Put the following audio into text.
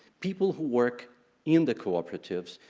people who work in the cooperatives,